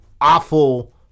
awful